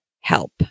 help